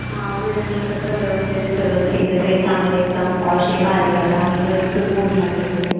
हां बुलढाण्याला कसं व्यवस्थित आहे सगळं थेटर आहे चांगलं एकदम पॉश आहे भारीवालं आणि नवीन पण मूवी लागलेला आहे